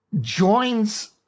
joins